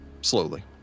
slowly